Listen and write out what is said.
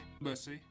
Mercy